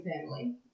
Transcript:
family